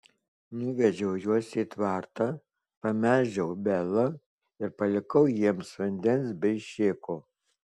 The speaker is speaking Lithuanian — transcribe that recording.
nuvedžiau juos į tvartą pamelžiau belą ir palikau jiems vandens bei šėko